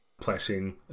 placing